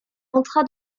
entra